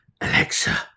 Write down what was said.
Alexa